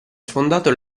sfondato